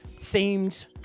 themed